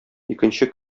икенче